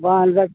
ᱵᱟᱝ ᱟᱫᱚ